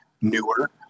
newer